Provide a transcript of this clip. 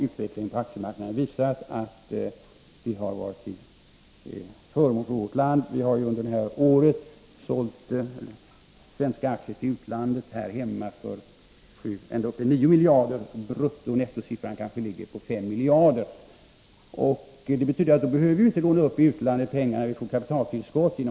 Utvecklingen på aktiemarknaden har visat att detta har varit till förmån för vårt land. Vi har under det här året sålt svenska aktier till utlandet för ända upp till 9 miljarder kronor brutto, och nettosiffran kanske ligger på 5 miljarder kronor. Det betyder att vi inte behöver låna pengar i utlandet för att få detta kapitaltillskott.